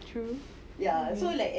true okay